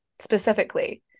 specifically